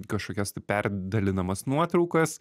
kažkokias tai perdalinamas nuotraukas